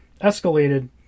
escalated